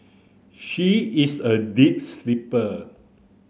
she is a deep sleeper